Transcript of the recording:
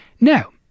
Now